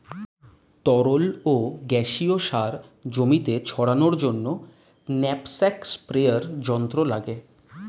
তরল ও গ্যাসীয় সার জমিতে ছড়ানোর জন্য ন্যাপস্যাক স্প্রেয়ার যন্ত্র লাগে